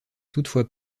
toutefois